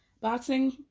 Boxing